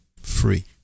free